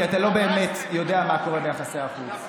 כי אתה לא באמת יודע מה קורה ביחסי החוץ.